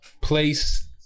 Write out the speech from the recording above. place